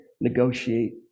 negotiate